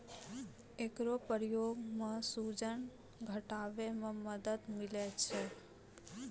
एकरो प्रयोग सें सूजन घटावै म मदद मिलै छै